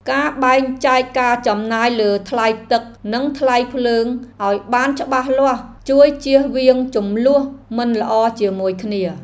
ការបែងចែកការចំណាយលើថ្លៃទឹកនិងថ្លៃភ្លើងឱ្យបានច្បាស់លាស់ជួយជៀសវាងជម្លោះមិនល្អជាមួយគ្នា។